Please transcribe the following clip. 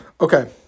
Okay